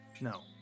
No